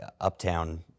Uptown